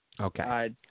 Okay